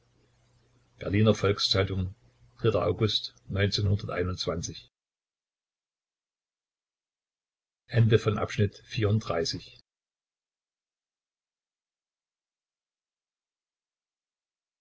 berliner volks-zeitung august